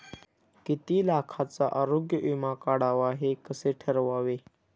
किती लाखाचा आरोग्य विमा काढावा हे कसे ठरवावे?